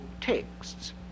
texts